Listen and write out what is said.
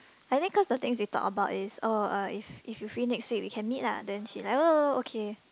I think cause the things we talk about is oh uh if if you free next week we can meet lah then she like oh okay